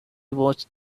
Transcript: watched